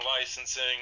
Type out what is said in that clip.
licensing